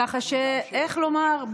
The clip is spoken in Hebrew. ככה שאיך לומר,